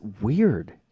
weird